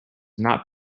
not